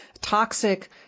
toxic